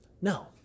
No